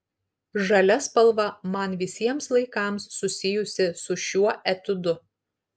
žalia spalva man visiems laikams susijusi su šiuo etiudu